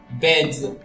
beds